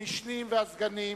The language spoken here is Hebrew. המשנים והסגנים,